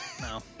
No